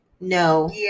no